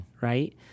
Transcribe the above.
right